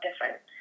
different